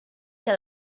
que